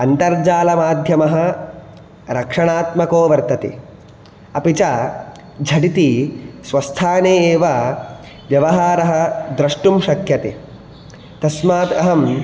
अन्तर्जालमाध्यमः रक्षणात्मको वर्तते अपि च झटिति स्वस्थाने एव व्यवहारः द्रष्टुं शक्यते तस्मात् अहं